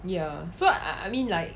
ya so I I mean like